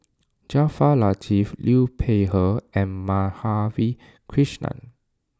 Jaafar Latiff Liu Peihe and Madhavi Krishnan